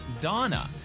Donna